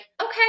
okay